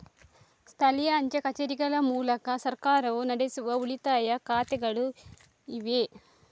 ಸ್ಥಳೀಯ ಅಂಚೆ ಕಚೇರಿಗಳ ಮೂಲಕ ಸರ್ಕಾರವು ನಡೆಸುವ ಉಳಿತಾಯ ಖಾತೆಗಳು ಇವೆ